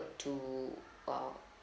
to uh